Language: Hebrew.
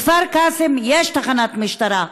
בכפר קאסם יש תחנת משטרה,